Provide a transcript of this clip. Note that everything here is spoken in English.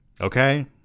Okay